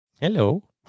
Hello